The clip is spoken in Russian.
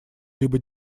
либо